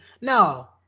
No